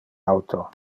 auto